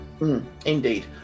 Indeed